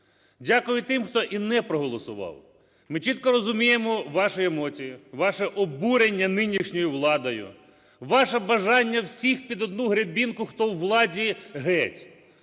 Дякую і тим, хто не проголосував. Ми чітко розуміємо ваші емоції, ваше обурення нинішньою владою, ваше бажання всіх під одну гребінку, хто у владі, геть.